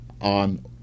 on